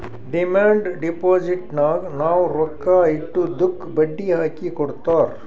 demand ಡಿಪೋಸಿಟ್ನಾಗ್ ನಾವ್ ರೊಕ್ಕಾ ಇಟ್ಟಿದ್ದುಕ್ ಬಡ್ಡಿ ಹಾಕಿ ಕೊಡ್ತಾರ್